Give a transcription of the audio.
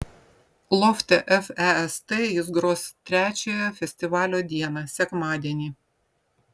lofte fest jis gros trečiąją festivalio dieną sekmadienį